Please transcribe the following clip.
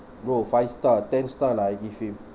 bro five star ten star lah I give him